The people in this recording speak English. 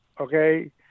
okay